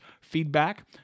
feedback